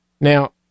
Now